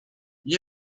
gli